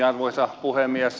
arvoisa puhemies